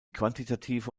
quantitative